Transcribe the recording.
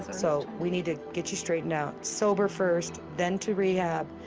so we need to get you straightened out. sober first. then to rehab.